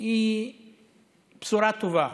היא בשורה טובה